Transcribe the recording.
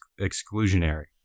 exclusionary